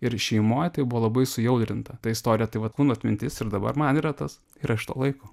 ir šeimoj tai buvo labai sujaudrinta ta istorija tai vat kūno atmintis ir dabar man yra tas yra iš to laiko